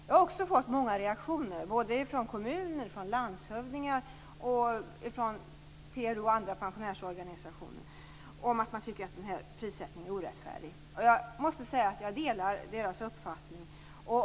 Jag har fått del av många reaktioner från kommuner, landshövdingar, PRO och andra pensionärsorganisationer om att prissättningen är orättfärdig. Jag delar deras uppfattning.